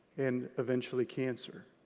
and eventually cancer.